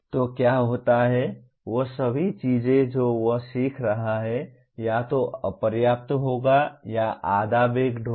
तो क्या होता है वह सभी चीजें जो वह सीख रहा है या तो अपर्याप्त होगा या आधा बेक्ड होगा